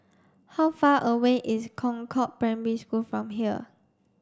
how far away is Concord Primary School from here